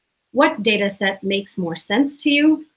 what data set makes more sense to you?